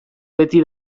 beti